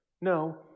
No